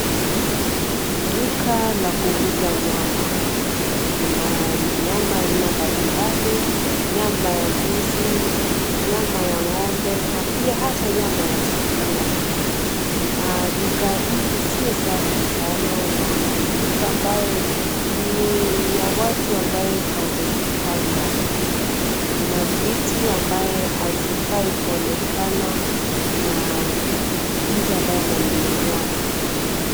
Duka la kuuza nyama. Kuna nyama ya aina mbalimbali: nyama ya mbuzi, nyama ya ng’ombe na pia hata nyama ya sungura. Duka hii sio safi sana. Naona ni duka ambayo ni ya watu ambao hawajajipanga. Kuna vitu ambaye havifai kuonekana na mtu ambaye ananunua nyama.